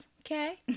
okay